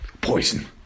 poison